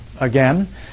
again